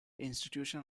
institution